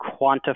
quantify